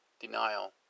Denial